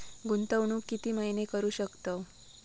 गुंतवणूक किती महिने करू शकतव?